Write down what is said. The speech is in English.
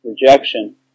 rejection